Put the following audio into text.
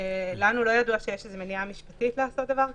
לנו לא ידוע שיש איזו מניעה משפטית לעשות דבר כזה.